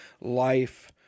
life